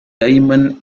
diamond